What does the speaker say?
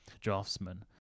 draftsman